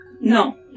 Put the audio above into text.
No